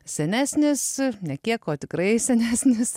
senesnis ne kiek tikrai senesnis